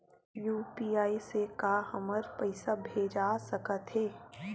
UPI से का हमर पईसा भेजा सकत हे?